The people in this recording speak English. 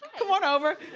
come on over.